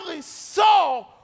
saw